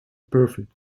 perfect